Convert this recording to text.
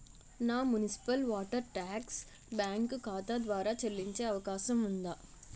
నా municipal water tax bank ఖాతా ద్వారా చెల్లించే అవకాశం ఉందా?